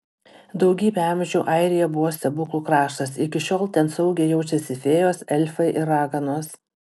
daugybę amžių airija buvo stebuklų kraštas iki šiol ten saugiai jaučiasi fėjos elfai ir raganos